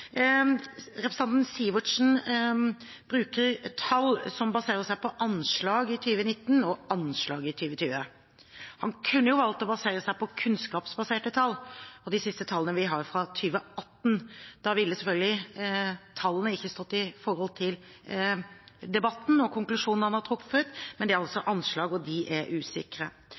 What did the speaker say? Representanten Sivertsen bruker tall som baserer seg på anslag i 2019 og 2020. Han kunne valgt å basere seg på kunnskapsbaserte tall og de siste tallene vi har fra 2018. Da ville selvfølgelig tallene ikke stått i forhold til debatten og konklusjonen han har trukket, men det er altså anslag, og de er usikre.